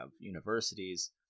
universities